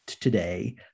today